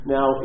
Now